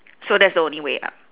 so that's the only way up